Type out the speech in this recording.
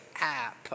app